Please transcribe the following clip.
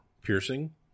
piercing